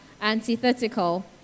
antithetical